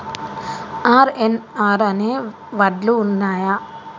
RNR అనే వడ్లు ఉన్నయా?